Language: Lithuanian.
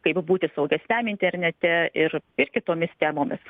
kaip būti saugesniam internete ir ir kitomis temomis